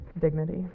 dignity